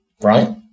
right